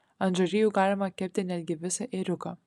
ant žarijų galima kepti netgi visą ėriuką